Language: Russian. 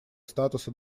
статуса